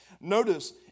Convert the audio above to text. Notice